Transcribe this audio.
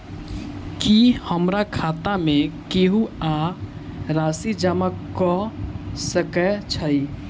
की हमरा खाता मे केहू आ राशि जमा कऽ सकय छई?